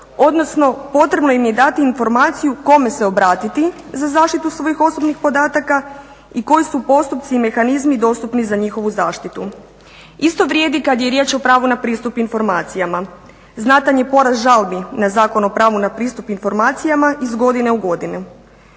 odnosno potrebno im je dati informaciju kome se obratiti za zaštitu svojih osobnih podataka i koji su postupci i mehanizmi dostupni za njihovu zaštitu. Isto vrijedi i kad je riječ o pravu na pristup informacijama. Znatan je porast žalbi na Zakon o pravu na pristup informacijama iz godine u godinu.